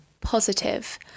positive